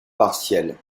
partielles